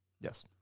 Yes